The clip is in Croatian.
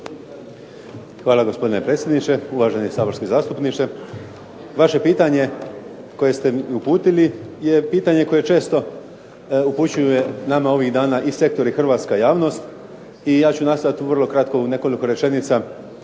Hvala, gospodine predsjedniče. Uvaženi saborski zastupniče. Vaše pitanje koje ste m i uputili je pitanje koje često upućuju nama ovih dana i sektori i hrvatska javnost i ja ću nastojat vrlo kratko, u nekoliko rečenica